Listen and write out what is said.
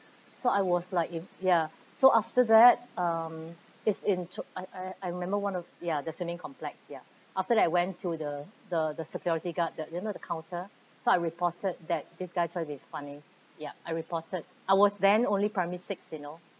so I was like ya so after that um it's in toa~ I I remember one of the ya the swimming complex ya after that I went to the the the security guard the you know the counter so I reported that this guy try to be funny ya I reported I was then only primary six you know